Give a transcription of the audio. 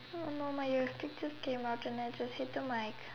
um no my ear stitches came out and I just hit the mic